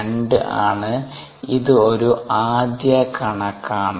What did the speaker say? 2 ആണ് ഇത് ഒരു ആദ്യ കണക്കാണ്